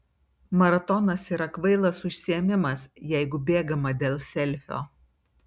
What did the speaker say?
maratonas yra kvailas užsiėmimas jeigu bėgama dėl selfio